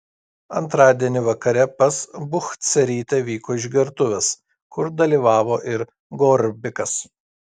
antradienį vakare pas buchcerytę vyko išgertuvės kur dalyvavo ir gorbikas